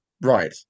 Right